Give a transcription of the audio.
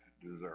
deserve